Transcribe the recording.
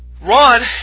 Ron